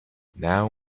now